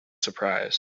surprise